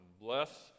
Bless